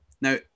now